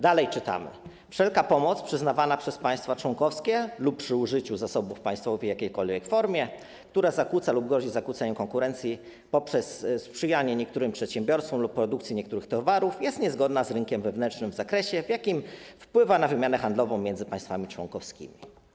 Dalej czytamy: „wszelka pomoc przyznawana przez Państwo Członkowskie lub przy użyciu zasobów państwowych w jakiejkolwiek formie, która zakłóca lub grozi zakłóceniem konkurencji poprzez sprzyjanie niektórym przedsiębiorstwom lub produkcji niektórych towarów, jest niezgodna z rynkiem wewnętrznym w zakresie, w jakim wpływa na wymianę handlową między Państwami Członkowskimi”